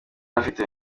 afite